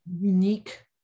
unique